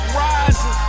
rising